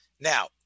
Now